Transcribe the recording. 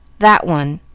that one!